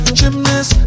gymnast